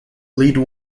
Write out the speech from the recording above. lead